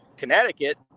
connecticut